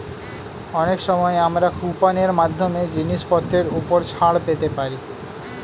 অনেক সময় আমরা কুপন এর মাধ্যমে জিনিসপত্রের উপর ছাড় পেতে পারি